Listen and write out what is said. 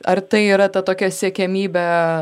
ar tai yra ta tokia siekiamybė